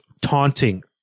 taunting